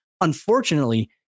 unfortunately